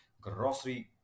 grocery